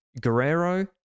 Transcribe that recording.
Guerrero